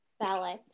Ballet